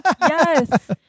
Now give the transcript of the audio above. Yes